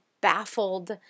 baffled